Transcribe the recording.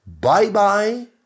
Bye-bye